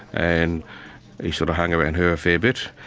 and he sort of hung around her a fair bit.